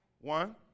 one